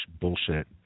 bullshit